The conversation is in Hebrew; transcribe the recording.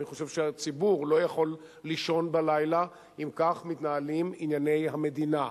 אני חושב שהציבור לא יכול לישון בלילה אם כך מתנהלים ענייני המדינה.